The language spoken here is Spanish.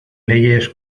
leyes